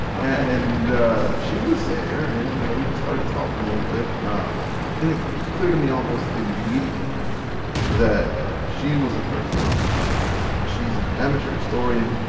and ah she was there and, you know, we just started talking a little bit. um and it was clear to me almost immediately that she was a person i was looking for. she's an amateur historian.